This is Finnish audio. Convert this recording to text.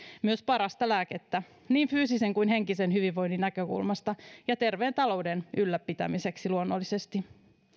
myös parasta lääkettä niin fyysisen kuin henkisen hyvinvoinnin näkökulmasta ja terveen talouden ylläpitämiseksi luonnollisesti